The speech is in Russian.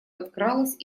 подкралась